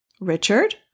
Richard